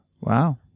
Wow